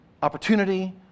opportunity